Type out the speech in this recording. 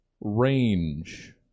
range